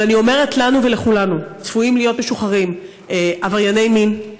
אבל אני אומרת לנו ולכולנו: צפויים להיות משוחררים עברייני מין,